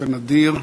באופן נדיר,